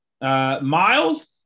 Miles